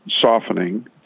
softening